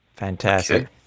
Fantastic